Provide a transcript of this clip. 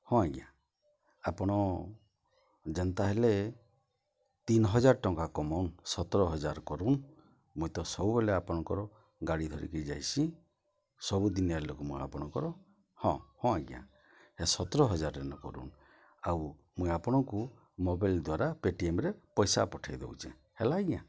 ହଁ ଆଜ୍ଞା ଆପଣ ଯେନ୍ତା ହେଲେ ତିନ୍ ହଜାର୍ ଟଙ୍କା କମଉନ୍ ସତର୍ ହଜାର୍ କରୁନ୍ ମୁଇଁ ତ ସବୁବେଲେ ଆପଣଙ୍କର୍ ଗାଡ଼ି ଧରିକି ଯାଏସିଁ ସବୁଦିନିଆ ଲୋକ୍ ମୁଇଁ ଆପଣଙ୍କର୍ ହଁ ହଁ ଆଜ୍ଞା ହେ ସତ୍ର ହଜାର ହେଲେ କରନ୍ ଆଉ ମୁଇଁ ଆପଣଙ୍କୁ ମୋବାଇଲ୍ ଦ୍ଵାରା ପେଟିଏମ୍ରେ ପଏସା ପଠେଇ ଦଉଚେଁ ହେଲା ଆଜ୍ଞା